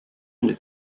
une